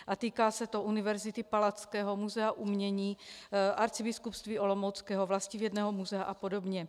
A týká se to Univerzity Palackého, Muzea umění, Arcibiskupství olomouckého, Vlastivědného muzea apod.